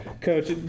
Coach